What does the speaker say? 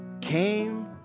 came